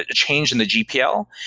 ah change in the gpl.